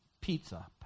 Pizza